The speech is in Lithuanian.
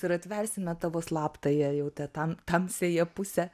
ir atversime tavo slaptąją jau tą tam tamsiąją pusę